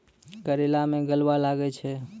करेला मैं गलवा लागे छ?